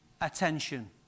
attention